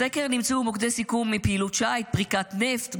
בסקר נמצאו מוקדי זיהום מפעילות שיט, פריקת נפט.